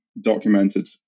documented